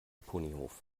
ponyhof